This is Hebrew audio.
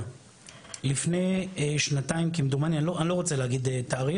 לפני שנתיים כמדומני, אני לא רוצה להגיד תאריך,